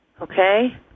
okay